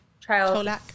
trial